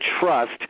trust